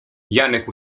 janek